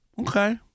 Okay